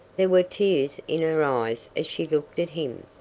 there were tears in her eyes as she looked at him.